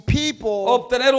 people